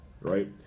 right